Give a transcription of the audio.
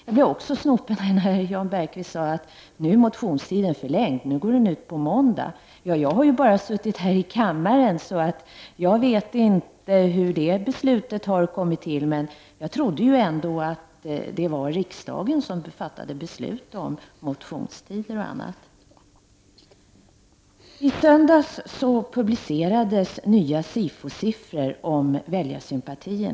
Jag blev snopen när Jan Bergqvist sade att motionstiden nu är förlängd och går ut på måndag. Jag har ju bara suttit här i kammaren så jag vet inte hur beslutet har kommit till, men jag trodde ändå att det var riksdagen som skulle fatta beslut om motionstider o.d. I söndags publicerades nya SIFO-siffror om väljarsympatier.